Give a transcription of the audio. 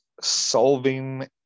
solving